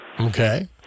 Okay